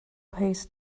pays